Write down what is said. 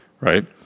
right